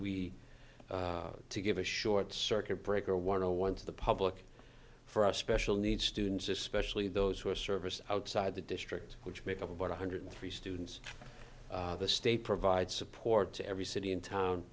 have to give a short circuit breaker one o one to the public for a special needs students especially those who are service outside the district which make up about one hundred three students the state provides support to every city in town